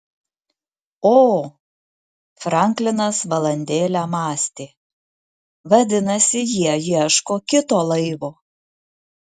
o franklinas valandėlę mąstė vadinasi jie ieško kito laivo